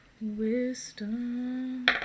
Wisdom